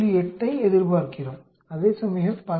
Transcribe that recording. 8 ஐ எதிர்பார்க்கிறோம் அதேசமயம் 10